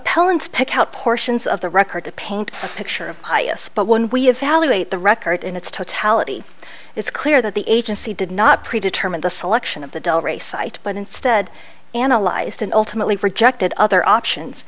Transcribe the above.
appellant's pick out portions of the record to paint a picture of highest but when we evaluate the record in its totality it's clear that the agency did not predetermine the selection of the delray site but instead analyzed and ultimately rejected other options